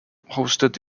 hosted